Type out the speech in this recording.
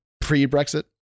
pre-Brexit